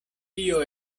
tio